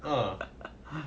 uh